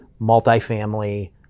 multifamily